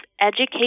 educate